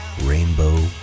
Rainbow